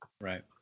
Right